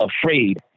afraid